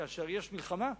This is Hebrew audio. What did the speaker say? כאשר יש מלחמה,